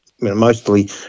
mostly